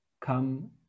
come